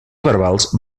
verbals